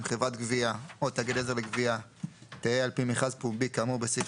גבייה או תאגיד עזר לגבייה תהא על פי מכרז פומבי כאמור בסעיף